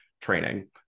training